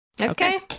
okay